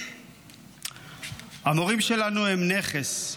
המורים שלנו הם נכס.